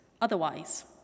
Otherwise